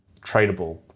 tradable